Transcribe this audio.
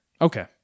Okay